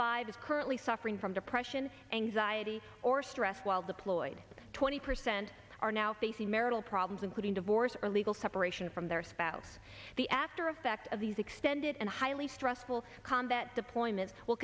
five is currently suffering from depression anxiety or stress while the ploys twenty percent are now facing marital problems including divorce or legal separation from their spouse the after effect of these extended and highly stressful combat deployments will